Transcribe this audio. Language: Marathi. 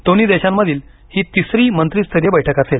दोन्ही देशांमधील ही तिसरी मंत्री स्तरीय बैठक असेल